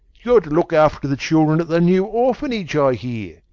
you're to look after the children at the new orphanage, i hear.